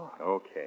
Okay